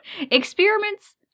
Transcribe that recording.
Experiments